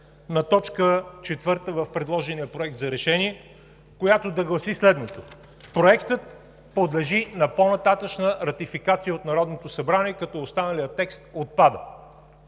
на т. 4 в предложения Проект за решение, която да гласи следното: „Проектът подлежи на по-нататъшна ратификация от Народното събрание“, като останалият текст отпада.